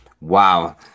Wow